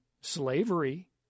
slavery